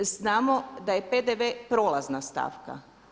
Znamo da je PDV prolazna stavka.